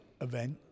event